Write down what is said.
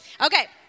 Okay